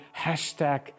hashtag